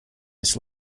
his